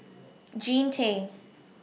Jean Tay